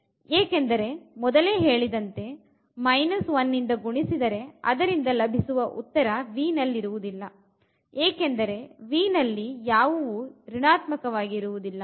ಏಕೆಂದರೆ ಮೊದಲೇ ಹೇಳಿದಂತೆ 1 ಇಂದ ಗುಣಿಸಿದರೆ ಅದರಿಂದ ಲಭಿಸುವ ಉತ್ತರ V ನಲ್ಲಿರುವುದಿಲ್ಲ ಏಕೆಂದರೆ V ನಲ್ಲಿ ಯಾವುವೂ ಋಣಾತ್ಮಕವಾಗಿರುವುದಿಲ್ಲ